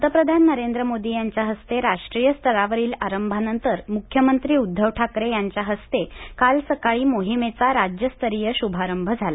पंतप्रधान नरेंद्र मोदी यांच्या हस्ते राष्ट्रीय स्तरावरील आरंभानंतर मुख्यमंत्री उद्वव ठाकरे यांच्या हस्ते काल सकाळी मोहिमेचा राज्यस्तरीय शुभारंभ झाला